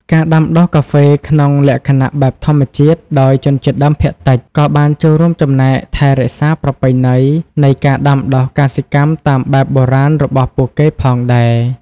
ការដាំដុះកាហ្វេក្នុងលក្ខណៈបែបធម្មជាតិដោយជនជាតិដើមភាគតិច ក៏បានចូលរួមចំណែក ថែរក្សាប្រពៃណី នៃការដាំដុះកសិកម្មតាមបែបបុរាណរបស់ពួកគេផងដែរ។